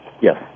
Yes